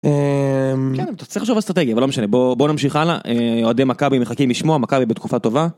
אה, כן אתה צריך לחשוב על אסטרטגיה, אבל לא משנה בואו נמשיך הלאה, אוהדי מכבי מחכים לשמוע, מכבי בתקופה טובה.